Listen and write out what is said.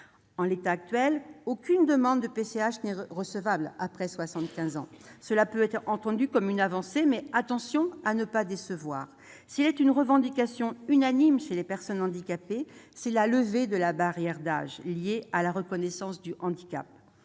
En l'état actuel, aucune demande de PCH n'est recevable après cet âge. Cela peut être entendu comme une avancée, mais attention à ne pas décevoir : s'il est une revendication unanime chez les personnes handicapées, c'est la levée de la barrière d'âge liée à la reconnaissance du handicap.